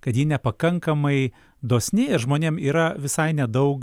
kad ji nepakankamai dosni ir žmonėm yra visai nedaug